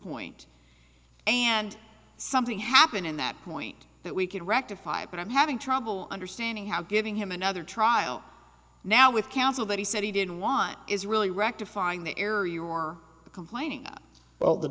point and something happened in that point that we could rectify but i'm having trouble understanding how giving him another trial now with counsel that he said he didn't want is really rectifying the error your complaining about the